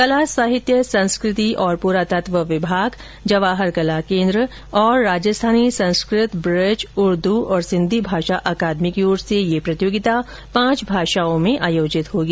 कला साहित्य संस्कृति और पुरातत्व विभाग जवाहर कला केन्द्र और राजस्थानी संस्कृत ब्रज उर्दू और सिंधी भाषा अकादमी की ओर से ये प्रतियोगिता पांच भाषााओं में आयोजित होंगी